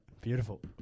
Beautiful